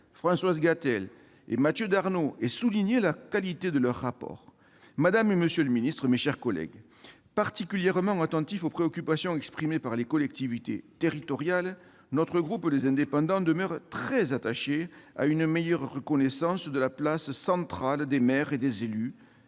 Françoise Gatel et Mathieu Darnaud, et souligner la qualité de leur rapport. Particulièrement attentif aux préoccupations exprimées par les collectivités territoriales, notre groupe Les Indépendants demeure très attaché à une meilleure reconnaissance de la place centrale des maires et des élus,